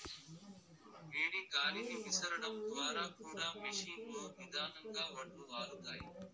వేడి గాలిని విసరడం ద్వారా కూడా మెషీన్ లో నిదానంగా వడ్లు ఆరుతాయి